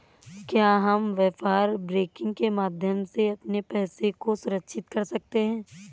क्या हम व्यापार बैंकिंग के माध्यम से अपने पैसे को सुरक्षित कर सकते हैं?